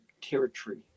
territory